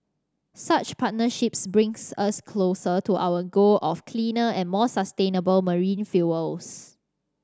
such partnerships brings us closer to our goal of cleaner and more sustainable marine fuels